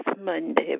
Monday